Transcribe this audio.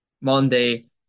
Monday